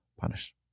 punish